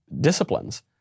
disciplines